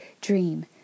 dream